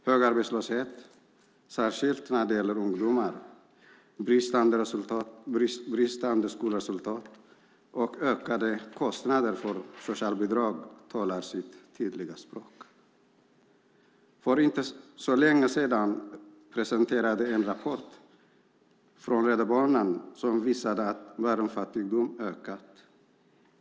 Hög arbetslöshet, särskilt när det gäller ungdomar, bristande skolresultat och ökade kostnader för socialbidrag talar sitt tydliga språk. För inte så länge sedan presenterades en rapport från Rädda Barnen som visade att barnfattigdomen har ökat.